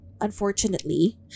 unfortunately